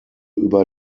über